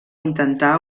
intentar